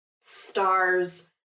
stars